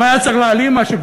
אם היה צריך להלאים משהו,